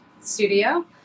studio